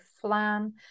flan